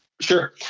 Sure